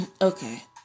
Okay